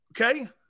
Okay